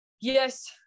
yes